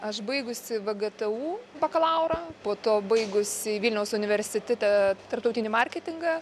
aš baigusi vgtu bakalaurą po to baigusi vilniaus universitete tarptautinį marketingą